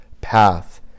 path